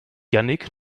jannick